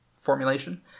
formulation